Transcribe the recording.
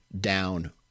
down